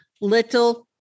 little